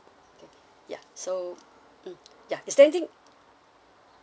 okay ya so mm ya is there anything